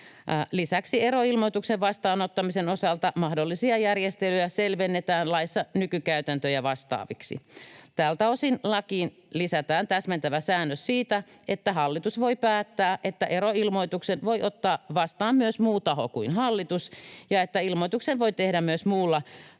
Lisäksi eroilmoituksen vastaanottamisen osalta mahdollisia järjestelyjä selvennetään laissa nykykäytäntöjä vastaaviksi. Tältä osin lakiin lisätään täsmentävä säännös siitä, että hallitus voi päättää, että eroilmoituksen voi ottaa vastaan myös muu taho kuin hallitus ja että ilmoituksen voi tehdä myös muulla